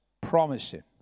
promising